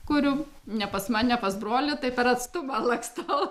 kuriu ne pas mane pas brolį tai per atstumą lakstau